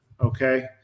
Okay